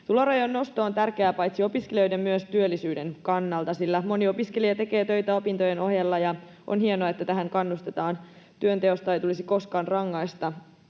Tulorajojen nosto on tärkeää paitsi opiskelijoiden myös työllisyyden kannalta, sillä moni opiskelija tekee töitä opintojen ohella, ja on hienoa, että tähän kannustetaan. Työnteosta ei tulisi koskaan rangaista,